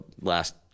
last